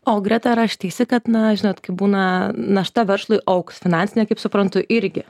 o greta ar aš teisi na žinot kaip būna našta veršlui augs finansinė kaip suprantu irgi